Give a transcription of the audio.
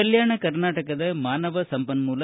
ಕಲ್ಯಾಣ ಕರ್ನಾಟಕದ ಮಾನವ ಸಂಪನ್ಮೂಲ